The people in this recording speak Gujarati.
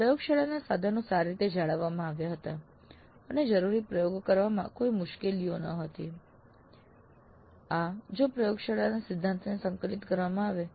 પ્રયોગશાળાના સાધનો સારી રીતે જાળવવામાં આવ્યા હતા અને જરૂરી પ્રયોગો કરવામાં કોઈ મુશ્કેલીઓ ન હતી આ જો પ્રયોગશાળાને સિદ્ધાંતમાં સંકલિત કરવામાં આવી છે